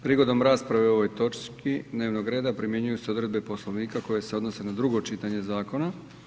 Prigodom rasprave o ovoj točki dnevnog reda primjenjuju se odredbe Poslovnika koje se odnose na drugo čitanje zakona.